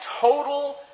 total